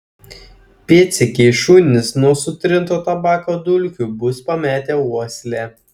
pėdsekiai šunys nuo sutrinto tabako dulkių bus pametę uoslę